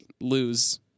lose